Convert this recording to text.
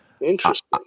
Interesting